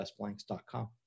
bestblanks.com